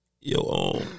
Yo